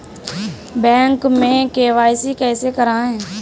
Bank में KYC कैसे करायें?